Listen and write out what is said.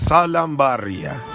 Salambaria